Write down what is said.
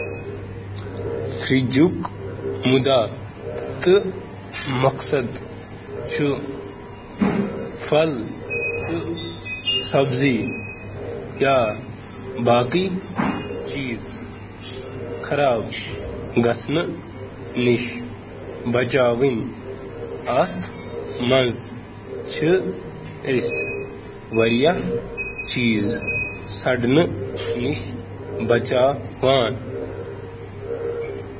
فرج کَمہِ مقصدٕچ کٲم چھِ کران؟ ریفریجریٹرُک بُنیٲدی مقصد چُھ بیکٹیریل ہٕنٛز نشوونما کم کٔرِتھ کھیٚن تازٕ تھاوُن۔